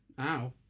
Ow